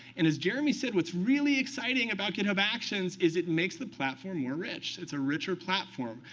and as jeremy said, what's really exciting about github actions is it makes the platform more rich. it's a richer platform.